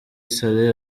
saleh